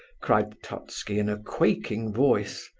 cried totski, in a quaking voice.